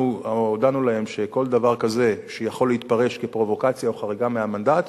אנחנו הודענו להם שכל דבר כזה שיכול להתפרש כפרובוקציה או חריגה מהמנדט,